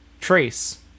Trace